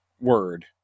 word